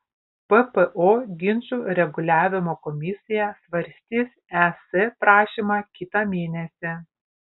ppo ginčų reguliavimo komisija svarstys es prašymą kitą mėnesį